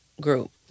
group